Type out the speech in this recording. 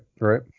right